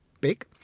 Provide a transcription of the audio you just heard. big